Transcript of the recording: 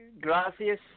Gracias